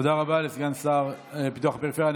תודה רבה לסגן שר פיתוח הפריפריה,